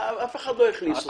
אף אחד לא הכניס אתכם.